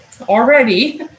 Already